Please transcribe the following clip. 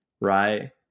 right